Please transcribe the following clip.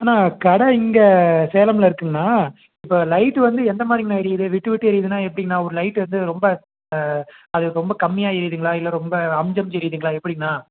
அண்ணா கடை இங்கே சேலமில் இருக்குதுங்கண்ணா இப்போ லைட் வந்து எந்த மாதிரிங்கண்ணா எரியுது விட்டு விட்டு எரியுதுன்னா எப்படிங்கண்ணா ஒரு லைட் வந்து ரொம்ப அது ரொம்ப கம்மியாக எரியுதுங்களா இல்லை ரொம்ப அமுஞ்சி அமுஞ்சி எரியுதுங்களா எப்படிங்கண்ணா